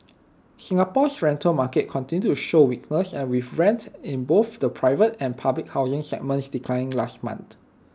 Singapore's rental market continued to show weakness with rents in both the private and public housing segments declining last month